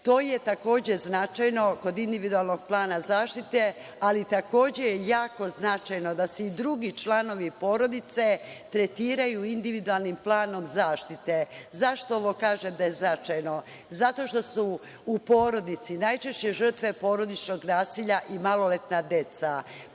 To je takođe značajno kod individualnog plana zaštite, ali takođe je jako značajno da se i drugi članovi porodice tretiraju individualnim planom zaštite.Zašto ovo kažem da je značajno? Zato što su u porodice najčešće žrtve porodičnog nasilja i maloletna deca.